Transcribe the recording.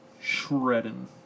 Shredding